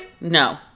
No